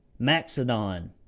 Maxedon